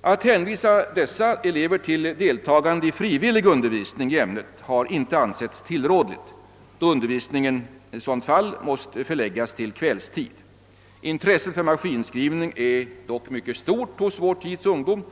Att hänvisa dessa elever till deltagande i frivillig undervisning i ämnet har inte ansetts tillrådligt, då denna i så fall måste förläggas till kvällstid. Intresset för maskinskrivning är dock mycket stort hos vår tids ungdom,